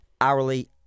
hourly